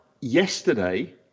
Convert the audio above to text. yesterday